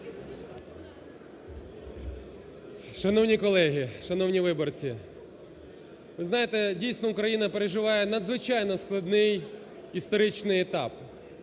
Шановні колеги! Шановні виборці! Знаєте, дійсно, Україна переживає надзвичайно складний історичний етап.